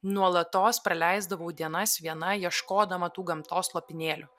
nuolatos praleisdavau dienas viena ieškodama tų gamtos lopinėlių